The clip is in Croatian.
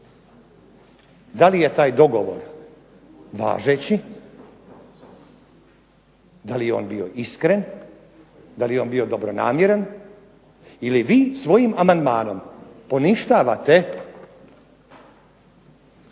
da li je taj dogovor važeći, da li je on bio iskren, da li je on bio dobronamjeran, ili vi svojim amandmanom poništavate